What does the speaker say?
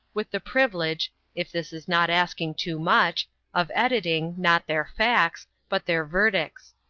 with the privilege if this is not asking too much of editing, not their facts, but their verdicts.